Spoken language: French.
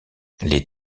les